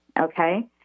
okay